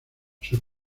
sus